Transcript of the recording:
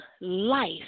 life